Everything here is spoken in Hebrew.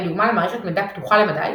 היא דוגמה למערכת מידע פתוחה למדי,